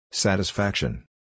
Satisfaction